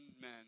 men